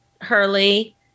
Hurley